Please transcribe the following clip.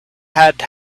had